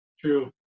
true